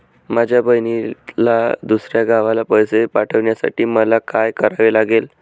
माझ्या बहिणीला दुसऱ्या गावाला पैसे पाठवण्यासाठी मला काय करावे लागेल?